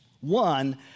One